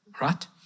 right